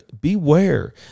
beware